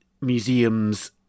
museums